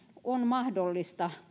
on mahdollista